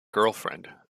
girlfriend